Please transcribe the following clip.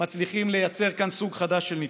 מצליחים לייצר כאן סוג חדש של ניתוק.